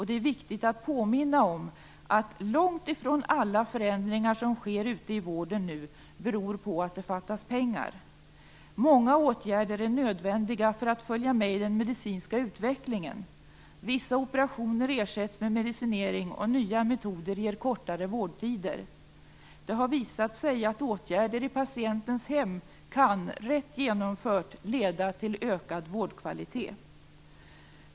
Det är viktigt att påminna om att långt ifrån alla förändringar som nu sker ute i vården beror på att det fattas pengar. Många åtgärder är nödvändiga för att följa med i den medicinska utvecklingen. Vissa operationer ersätts med medicinering, och nya metoder ger kortare vårdtider. Det har visat sig att rätt genomförda åtgärder i patientens hem kan leda till ökad vårdkvalitet.